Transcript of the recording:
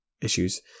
issues